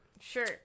Sure